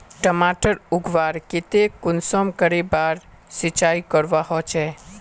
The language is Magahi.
टमाटर उगवार केते कुंसम करे बार सिंचाई करवा होचए?